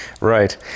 right